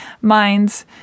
minds